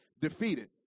defeated